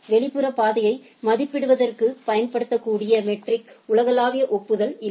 வெளிப்புற பாதையை மதிப்பிடுவதற்குப் பயன்படுத்தக்கூடிய மெட்ரிக்கில் உலகளாவிய ஒப்புதல் இல்லை